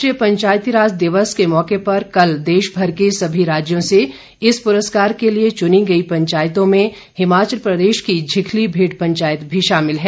राष्ट्रीय पंचायती राज दिवस के मौके पर कल देश भर के सभी राज्यों से इस पुरस्कार के लिए चुनी गई पंचायतों में हिमाचल प्रदेश की झिकली भेठ पंचायत भी शामिल है